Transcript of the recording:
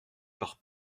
par